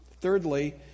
Thirdly